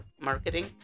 Marketing